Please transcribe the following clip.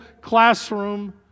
classroom